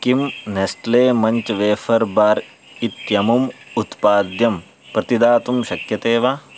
किं Nestle Munch wafer bar इत्यमुम् उत्पाद्यं प्रतिदातुं शक्यते वा